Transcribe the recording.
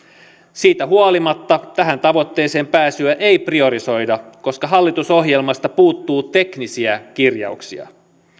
siitä huolimatta tähän tavoitteeseen pääsyä ei priorisoida koska hallitusohjelmasta puuttuu teknisiä kirjauksia